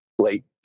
late